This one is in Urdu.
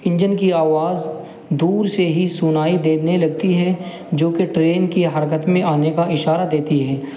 انجن کی آواز دور سے ہی سنائی دینے لگتی ہے جوکہ ٹرین کی حرکت میں آنے کا اشارہ دیتی ہے